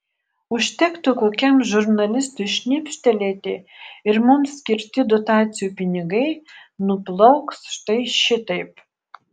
užtektų kokiam žurnalistui šnipštelėti ir mums skirti dotacijų pinigai nuplauks štai šitaip